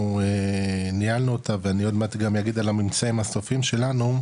אנחנו ניהלנו אותה ואני עוד מעט גם אגיד על הממצאים הסופיים שלנו.